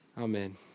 Amen